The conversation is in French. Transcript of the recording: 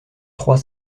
trois